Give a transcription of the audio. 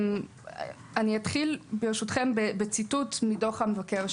אתחיל ברשותכם בציטוט מתוך דוח המבקר,